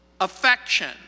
affection